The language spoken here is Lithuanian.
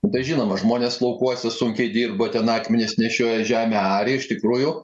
tada žinoma žmonės laukuose sunkiai dirbo ten akmenis nešiojo žemę arė iš tikrųjų